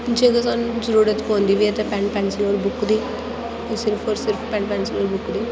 जेकर सानूं जरूरत पौंदी बी है ते पैन्न पैंसल और बुक्क दी एह् सिर्फ और सिर्फ पैन्न पैंसल और बुक्क दी